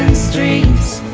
streams,